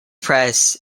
press